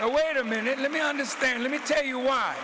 hey wait a minute let me understand let me tell you why